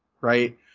Right